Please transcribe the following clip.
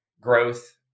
growth